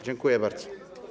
Dziękuję bardzo.